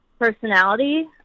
personality